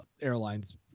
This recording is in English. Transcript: airlines